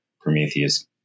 Prometheus